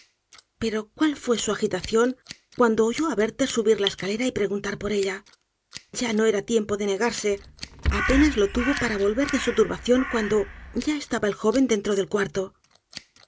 pero cuál fue su agitación cuando oyó á werther subir la escalera y preguntan por ella ya no era tiempo de negarse apenas lo tuvo para volver de su turbación cuando ya estaba el joven dentro del cuarto